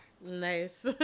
nice